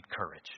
courage